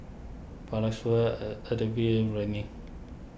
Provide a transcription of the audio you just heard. and Ocuvite Rene